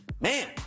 Man